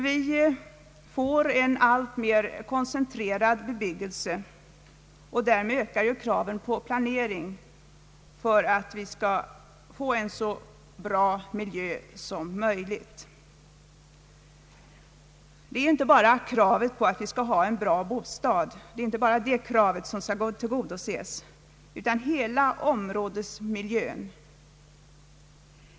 Vi får en alltmer koncentrerad bebyggelse, och därmed ökar kraven på planering för att vi skall få en så bra miljö som möjligt. Det är inte bara kravet på en bra bostad som skall tillgodoses, utan det gäller hela områdesmiljön.